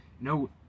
no